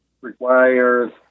requires